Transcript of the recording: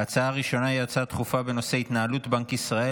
ההצעה הראשונה היא בנושא: התנהלות בנק ישראל